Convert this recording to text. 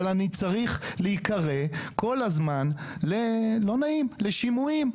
אבל אני צריך להיקרא כל הזמן ללא נעים, לשימועים.